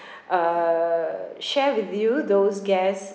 uh share with you those guests